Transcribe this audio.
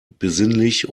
besinnlich